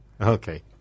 Okay